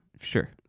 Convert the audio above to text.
Sure